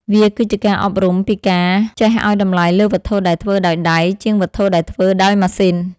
វាគឺជាការអប់រំពីការចេះឱ្យតម្លៃលើវត្ថុដែលធ្វើដោយដៃជាងវត្ថុដែលធ្វើដោយម៉ាស៊ីន។